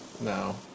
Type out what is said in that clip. No